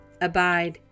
Abide